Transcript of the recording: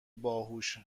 باهاش